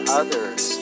others